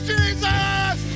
Jesus